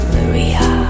Maria